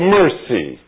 mercy